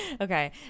okay